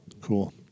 Cool